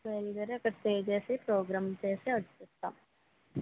బయల్దేరి అక్కడ స్టే చేసి ప్రోగ్రాం చేసి వచ్చేస్తాను